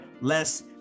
less